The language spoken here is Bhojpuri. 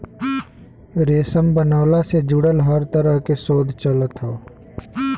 रेशम बनवला से जुड़ल हर तरह के शोध चलत हौ